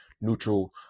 neutral